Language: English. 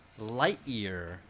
Lightyear